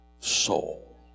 soul